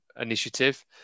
initiative